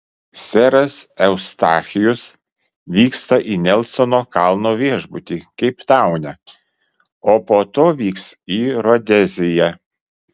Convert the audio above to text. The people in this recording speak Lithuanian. seras eustachijus vyksta į nelsono kalno viešbutį keiptaune o po to vyks į rodeziją